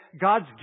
God's